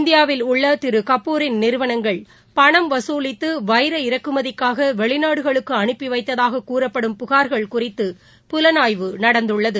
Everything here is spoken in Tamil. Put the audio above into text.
இந்தியாவில் உள்ளதிருகபூரின் நிறுவனங்கள் பணம் வசூலித்துவைர இறக்குமதிக்காகவெளிநாடுகளுக்குஅனுப்பிவைத்ததாககூறப்படும் புகார்கள் குறித்து புலனாய்வு நடந்துள்ளது